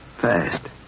Fast